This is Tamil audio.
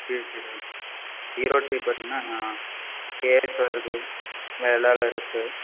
பிஎஸ்ஜி தான் ஈரோடு சைடு பார்த்தீங்கன்னா கேஎஸ்ஆர் இருக்குது வேளாளர் இருக்குது